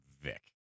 Vic